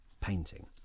painting